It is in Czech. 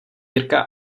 jirka